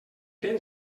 ben